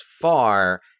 far